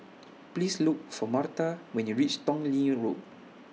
Please Look For Marta when YOU REACH Tong Lee Road